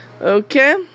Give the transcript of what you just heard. Okay